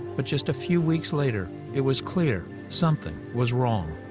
but just a few weeks later, it was clear something was wrong.